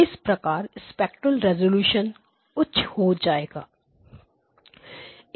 इस प्रकार spectral resolution उच्च हो जाएगा